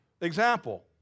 example